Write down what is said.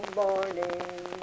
morning